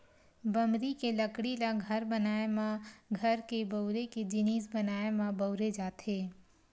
बमरी के लकड़ी ल घर बनाए म, घर के बउरे के जिनिस बनाए म बउरे जाथे